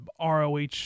Roh